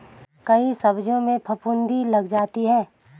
कई सब्जियों में फफूंदी लग जाता है